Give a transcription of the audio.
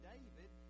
David